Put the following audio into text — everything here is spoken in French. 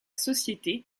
société